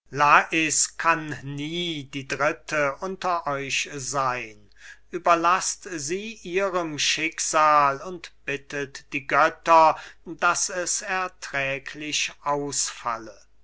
lais kann nie die dritte unter euch seyn überlaßt sie ihrem schicksal und bittet die götter daß es erträglich ausfalle